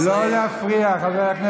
אתם באים להרוס את הדמוקרטיה הישראלית,